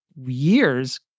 years